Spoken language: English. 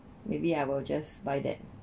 maybe I will just buy that